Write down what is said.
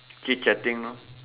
chit chatting lor